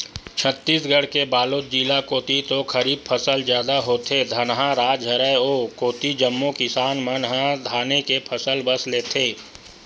छत्तीसगढ़ के बलोद जिला कोती तो खरीफ फसल जादा होथे, धनहा राज हरय ओ कोती जम्मो किसान मन ह धाने के फसल बस लेथे